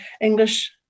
English